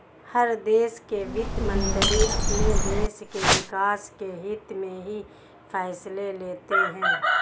हर देश के वित्त मंत्री अपने देश के विकास के हित्त में ही फैसले लेते हैं